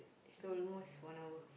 it's almost one hour